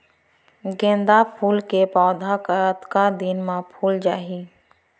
गेंदा फूल के पौधा कतका दिन मा फुल जाही?